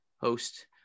host